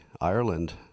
Ireland